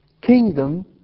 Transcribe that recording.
kingdom